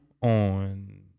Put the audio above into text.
on